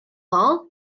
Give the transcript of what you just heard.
war